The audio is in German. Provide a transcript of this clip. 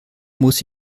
muss